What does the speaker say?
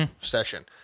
session